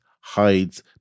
hides